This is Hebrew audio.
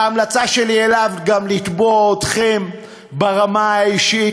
וההמלצה שלי אליו היא גם לתבוע אתכם ברמה האישית,